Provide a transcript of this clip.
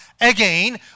Again